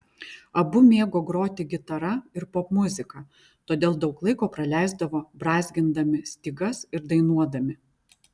abu mėgo groti gitara ir popmuziką todėl daug laiko praleisdavo brązgindami stygas ir dainuodami